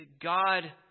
God